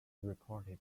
reported